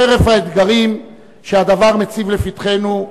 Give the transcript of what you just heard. חרף האתגרים שהדבר מציב לפתחנו,